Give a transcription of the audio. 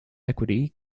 equity